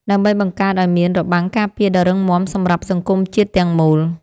ដើម្បីបង្កើតឱ្យមានរបាំងការពារដ៏រឹងមាំសម្រាប់សង្គមជាតិទាំងមូល។